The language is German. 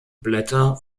blätter